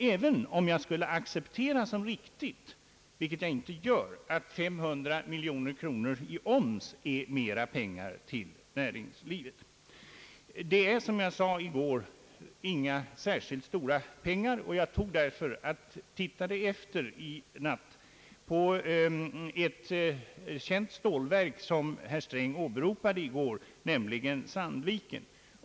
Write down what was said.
Även om jag skulle acceptera som riktigt — vilket jag inte gör — att 500 miljoner kronor i oms innebär mera pengar till näringslivet, är det, som jag sade i går, inte några särskilt stora pengar. Jag tittade i natt efter hur det förhöll sig för ett känt stålverk, som herr Sträng åberopade i går, nämligen Sandviken.